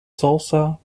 tulsa